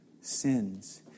sins